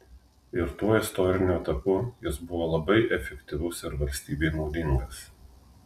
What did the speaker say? ir tuo istoriniu etapu jis buvo labai efektyvus ir valstybei naudingas